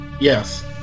yes